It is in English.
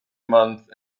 month